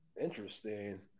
Interesting